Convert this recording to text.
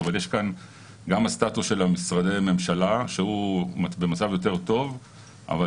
יש כאן גם את הסטטוס של משרדי הממשלה שהוא במצב יותר טוב אבל